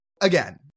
again